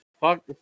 Fuck